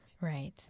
Right